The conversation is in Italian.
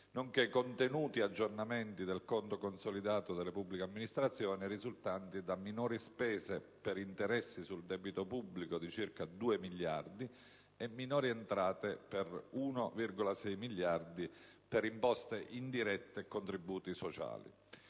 nonché contenuti aggiornamenti del conto consolidato delle pubbliche amministrazioni, risultanti da minori spese per interessi sul debito pubblico di circa 2 miliardi e minori entrate per 1,6 miliardi per imposte indirette e contributi sociali.